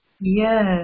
yes